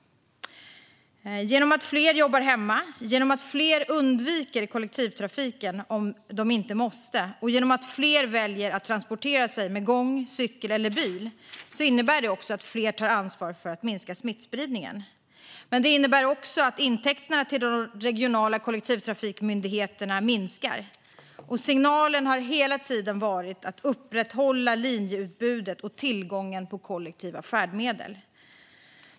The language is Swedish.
Genom att fler jobbar hemma, genom att fler undviker kollektivtrafiken om de inte måste och genom att fler väljer att transportera sig med gång, cykel eller bil är det också fler som tar ansvar för att minska smittspridningen. Men det innebär också att intäkterna till de regionala kollektivtrafikmyndigheterna minskar. Signalen har hela tiden varit att man måste upprätthålla linjeutbudet och tillgången till kollektiva färdmedel.